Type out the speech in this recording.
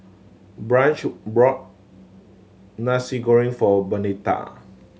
Branch brought Nasi Goreng for Bernetta